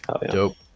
Dope